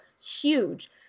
huge